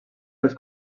pels